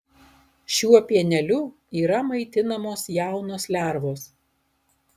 šiuo pieneliu yra maitinamos jaunos lervos